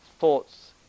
thoughts